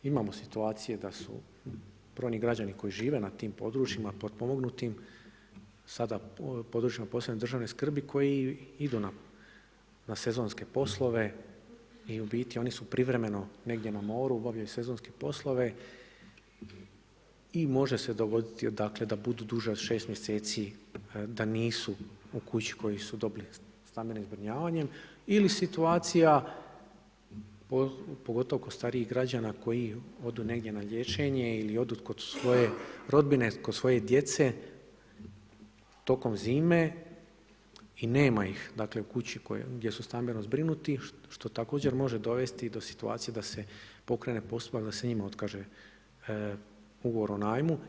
Imamo situacije da su brojni građani koji žive na tim područjima potpomognutima sada na područjima posebne državne skrbi koji idu na sezonske poslove i u biti oni su privremeno negdje na moru i obavljaju sezonske poslove i može se dogoditi dakle da budu duže od 6 mjeseci da nisu u kući koju su dobili stambenim zbrinjavanjem, ili situacija pogotovo kod starijih građana koji odu negdje na liječenje ili odu kod svoje rodbine, kod svoje djece tokom zime i nema ih dakle u kući gdje su stambeno zbrinuti što također može dovesti i do situacije da se pokrene postupak da se i njima otkaže ugovor o najmu.